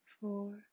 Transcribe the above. four